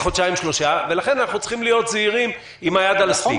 חודשיים-שלושה ולכן אנחנו צריכים להיות זהירים עם היד על הסטיק.